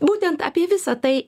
būtent apie visa tai